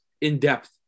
in-depth